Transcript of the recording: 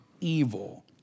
evil